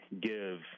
give